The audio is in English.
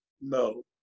No